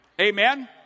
Amen